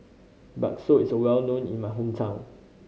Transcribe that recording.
bakso is well known in my hometown